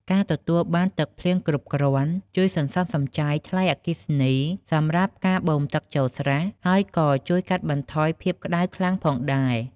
ការទទួលបានទឹកភ្លៀងគ្រប់គ្រាន់ជួយសន្សំសំចៃថ្លៃអគ្គិសនីសម្រាប់ការបូមទឹកចូលស្រះ ហើយក៏ជួយកាត់បន្ថយភាពក្ដៅខ្លាំងផងដែរ។